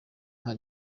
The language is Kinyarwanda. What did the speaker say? nta